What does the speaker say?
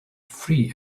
free